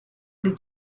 did